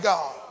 God